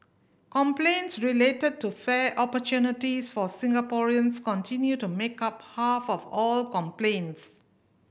complaints related to fair opportunities for Singaporeans continue to make up half of all complaints